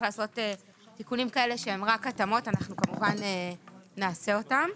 לעשות תיקונים כאלה שהם רק התאמות אנחנו כמובן נעשה אותם.